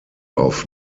auf